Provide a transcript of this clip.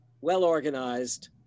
well-organized